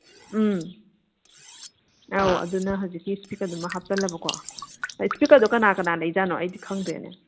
ꯎꯝ ꯑꯧ ꯑꯗꯨꯅ ꯍꯧꯖꯤꯛꯀꯤ ꯏꯁꯄꯤꯀꯔꯗꯨꯃ ꯍꯥꯞꯆꯜꯂꯕꯀꯣ ꯏꯁꯄꯤꯀꯔꯗꯣ ꯀꯅꯥ ꯀꯅꯥ ꯂꯩꯖꯥꯠꯅꯣ ꯑꯩꯗꯤ ꯈꯪꯗ꯭ꯔꯦꯅꯦ